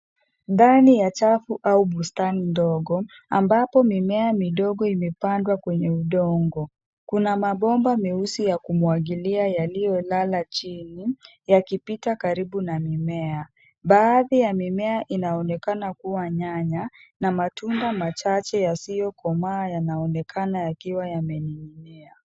Ndani ya chafu au bustani ndogo ambapo mimea midogo imepandwa kwenye udongo. Kuna mabomba meusi ya kumwangalia yaliyolala chini yakipita karibu na mimea. Baadhi ya mimea inaonekana kuwa nyanya na matunda machache yasiyokomaa yanaonekana yakiwa yamening'inia.